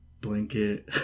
Blanket